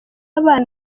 abana